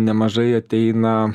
nemažai ateina